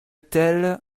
tel